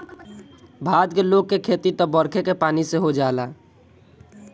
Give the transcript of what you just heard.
भारत के लोग के खेती त बरखे के पानी से हो जाला